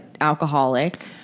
alcoholic